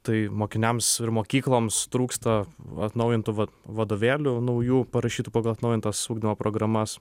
tai mokiniams ir mokykloms trūksta atnaujintų va vadovėlių naujų parašytų pagal atnaujintas ugdymo programas